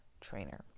trainer